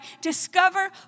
Discover